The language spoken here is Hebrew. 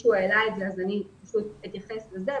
מישהו העלה את זה ואני אתייחס לזה.